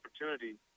opportunity